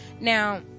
Now